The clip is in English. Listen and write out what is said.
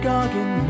Gargan